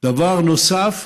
דבר נוסף: